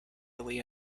alley